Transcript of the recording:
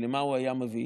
כי למה הוא היה מביא?